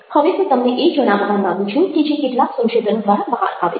હવે હું તમને એ જણાવવા માગું છું કે જે કેટલાક સંશોધનો દ્વારા બહાર આવેલ છે